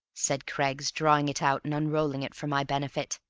said craggs, drawing it out and unrolling it for my benefit.